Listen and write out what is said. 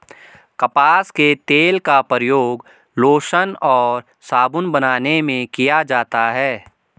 कपास के तेल का प्रयोग लोशन और साबुन बनाने में किया जाता है